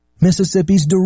Mississippi's